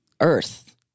earth